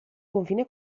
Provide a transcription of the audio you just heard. confine